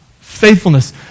Faithfulness